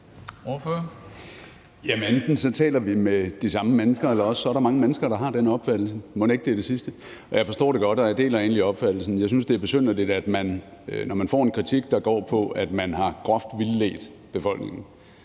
Enten taler vi med de samme mennesker, eller også er der mange mennesker, der har den opfattelse, og mon ikke det er det sidste? Og jeg forstår det godt, og jeg deler egentlig opfattelsen. Jeg synes, det er besynderligt, at man, når man får en kritik, der går på, at man groft har vildledt befolkningen,